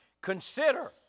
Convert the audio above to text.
Consider